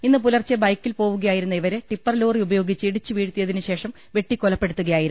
ഇന്ന് പുലർച്ചെ ബൈക്കിൽ പോവു കയായിരുന്ന ഇവരെ ടിപ്പർ ലോറി ഉപയോഗിച്ച് ഇടിച്ച് വീഴ്ത്തിയ തിന് ശേഷം വെട്ടിക്കൊലപ്പെടുത്തുകയായിരുന്നു